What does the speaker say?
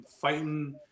fighting